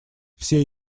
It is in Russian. все